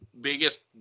biggest